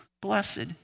Blessed